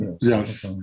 Yes